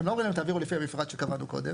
הם לא אומרים להם תעבירו לפי המפרט שקבענו קודם.